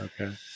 Okay